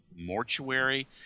mortuary